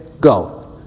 go